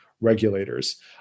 regulators